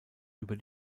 über